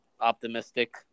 optimistic